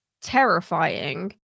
terrifying